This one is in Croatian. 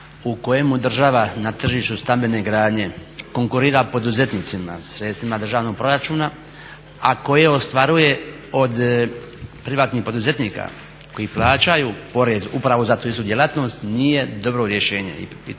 u kojemu država na tržištu stambene gradnje konkurira poduzetnicima sredstvima državnog proračuna a koje ostvaruje od privatnih poduzetnika koji plaćaju porez upravo za tu istu djelatnost nije dobro rješenje. I to